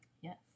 Yes